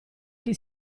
che